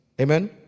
Amen